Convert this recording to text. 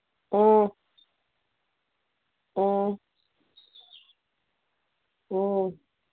ꯎꯝ ꯎꯝ ꯎꯝ